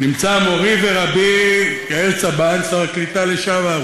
נמצא מורי ורבי יאיר צבן, שר הקליטה לשעבר.